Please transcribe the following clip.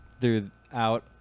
throughout